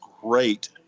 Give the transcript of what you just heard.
great